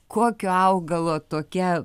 kokio augalo tokia